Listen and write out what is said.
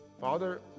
Father